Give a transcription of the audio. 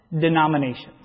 denominations